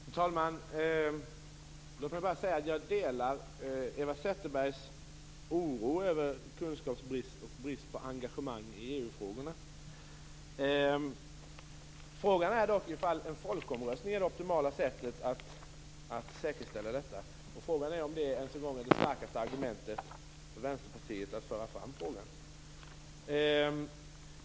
Fru talman! Låt mig bara säga att jag delar Eva Zetterbergs oro över kunskapsbrist och brist på engagemang i EU-frågorna. Det är dock tveksamt om en folkomröstning är det optimala sättet att komma till rätta med detta. Frågan är om det ens är Vänsterpartiets starkaste argument i sammanhanget.